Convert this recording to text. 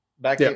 back